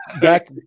back